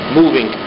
moving